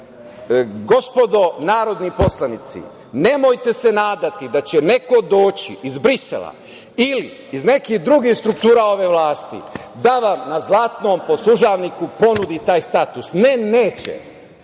zemlje. Gospodo narodni poslanici, nemojte se nadati da će neko doći iz Brisela ili iz nekih drugih struktura ove vlasti da vam na zlatnom poslužavniku ponudi taj status. Ne, neće.